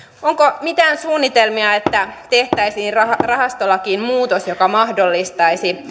onko mitään suunnitelmia että tehtäisiin rahastolakiin muutos joka mahdollistaisi